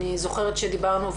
אני זוכרת שדיברנו,